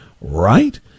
Right